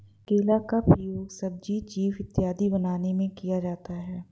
केला का प्रयोग सब्जी चीफ इत्यादि बनाने में किया जाता है